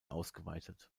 ausgeweitet